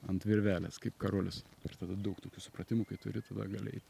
ant virvelės kaip karolius ir tada daug tokių supratimų kai turi tada gali eit